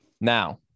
Now